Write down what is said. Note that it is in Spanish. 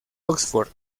oxford